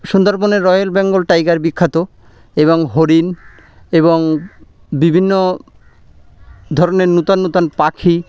সুন্দরবনের royal Bengal tiger বিখ্যাত এবং হরিণ এবং বিভিন্ন ধরনের নূতন নূতন পাখি